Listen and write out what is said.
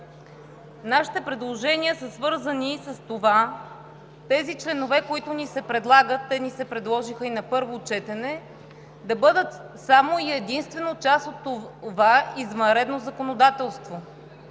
Нашите предложения са свързани с това тези членове, които ни се предлагат – те ни се предложиха и на първо четене, да бъдат само и единствено част от това извънредно законодателство.